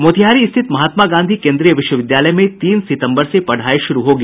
मोतिहारी स्थित महात्मा गांधी केन्द्रीय विश्वविद्यालय में तीन सितम्बर से पढ़ाई शुरू होगी